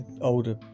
older